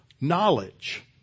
Knowledge